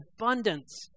abundance